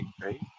right